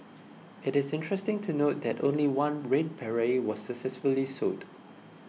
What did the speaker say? it is interesting to note that only one red beret was successfully sold